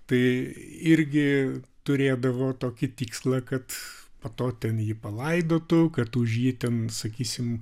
tai irgi turėdavo tokį tikslą kad po to ten jį palaidotų kad už jį ten sakysim